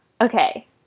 Okay